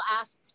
ask